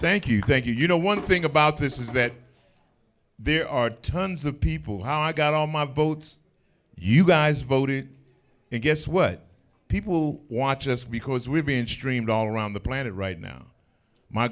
thank you thank you you know one thing about this is that there are tons of people how i got all my boats you guys voted and guess what people watch us because we've been streamed all around the planet right now my